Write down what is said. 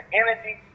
energy